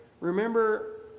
remember